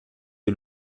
est